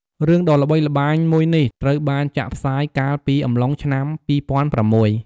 រឿងដ៏ល្បីល្បាញមួយនេះ ត្រូវបានចាក់ផ្សាយកាលពីអំឡុងឆ្នាំ២០០៦។